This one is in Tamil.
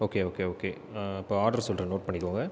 ஓகே ஓகே ஓகே அப்போ ஆர்டர் சொல்கிறேன் நோட் பண்ணிக்கங்க